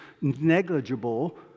negligible